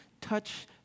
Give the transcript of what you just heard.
touch